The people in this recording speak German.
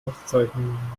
aufzeichnungen